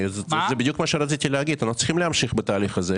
אנחנו צריכים להמשיך בתהליך הזה.